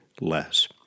less